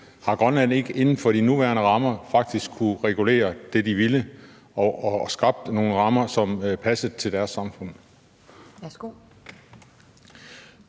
Har Grønland ikke inden for de nuværende rammer faktisk kunnet regulere det, de ville, og skabt nogle rammer, som passer til deres samfund?